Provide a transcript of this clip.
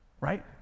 right